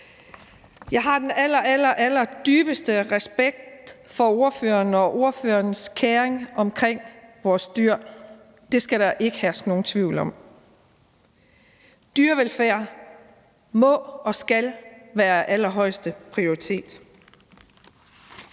Jeg har den allerallerdybeste respekt for ordføreren for forslagsstillerne og hendes keren sig om vores dyr. Det skal der ikke herske nogen tvivl om. Dyrevelfærd må og skal være af allerhøjeste prioritet.